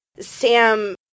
Sam